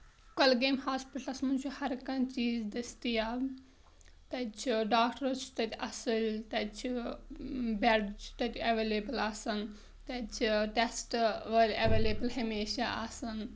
کۄلگٲم ہاسپِٹلَس منٛز چھُ ہَر کانٛہہ چیٖز دٔستِیاب تَتہِ چھُ ڈاکٹر حظ چھِ تَتہِ اَصٕل تَتہِ چھِ بیڈ چھِ تَتہِ ایٚولیبٕل آسان تَتہِ چھِ ٹیسٹ وٲلۍ ایٚولیبٕل ہمیشہٕ آسان